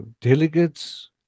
delegates